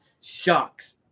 shocks